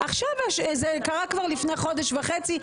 זה קרה כבר לפני חודש וחצי,